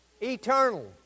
eternal